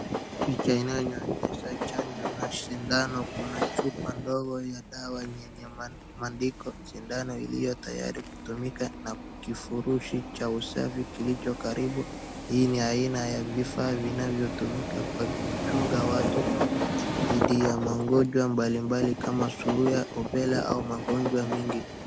Picha inayoonyesha chanjo na shindano, kuna chupa ndogo ya dawa yenye maandiko shindano iliyo tayari kutumika na kifurushi cha usafi kilicho karibu, hii ni aina ya vifaa vinavyotumika kuchunga watu dhidi ya magonjwa mbalimbali kama surua, rubela au magonjwa mingi.